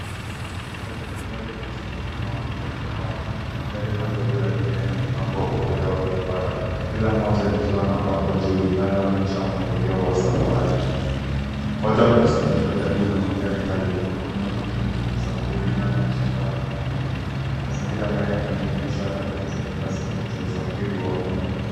Kwenye eneo lenye msongamano wa magari na watu, magari madogo ya abiria yamepangwa upande wa barabara, kila moja likiwa na bango juu linaloonyesha mwelekeo wa safari. Watu wamekusanyika karibu na magari hayo wengine wakizungumza, wengine wakijiandaa kuingia. Mazingira haya yanadhihiriaha harakati za kila siku za usafiri wa uma.